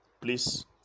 Please